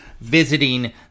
visiting